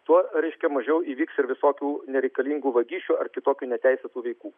tuo reiškia mažiau įvyks ir visokių nereikalingų vagysčių ar kitokių neteisėtų veikų